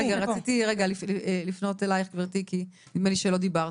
אני רציתי רגע לפנות אלייך גברתי כי נדמה לי שאת לא דיברת.